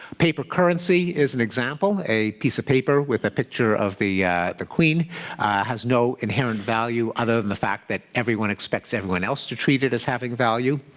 paper currency is an example. a piece of paper with a picture of the the queen has no inherent value other than the fact that everyone expects everyone else to treat it as having value.